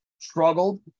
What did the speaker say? struggled